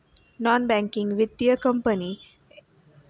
Non banking वित्तीय company किंवा NBFC म्हणजे काय व त्या कशा काम करतात?